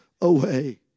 away